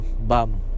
bam